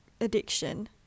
addiction